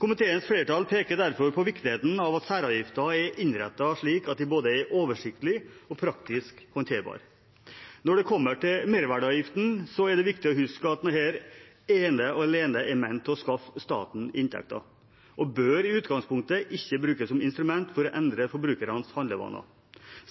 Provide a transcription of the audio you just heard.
Komiteens flertall peker derfor på viktigheten av at særavgifter er innrettet slik at de er både oversiktlige og praktisk håndterbare. Når det kommer til merverdiavgiften, er det viktig å huske at den ene og alene er ment å skaffe staten inntekter og bør i utgangspunktet ikke brukes som instrument for å endre forbrukernes handlevaner,